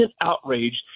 outraged